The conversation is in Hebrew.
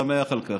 אני שמח על כך.